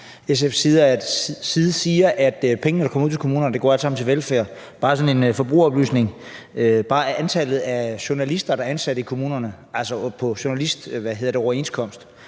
SF's side siger, at de penge, der kommer ud til kommunerne, alle sammen går til velfærd, vil jeg bare lige sådan som en forbrugeroplysning sige, at antallet af journalister, der er ansat i kommunerne på journalistoverenskomst,